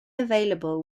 available